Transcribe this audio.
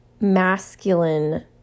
masculine